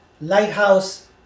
Lighthouse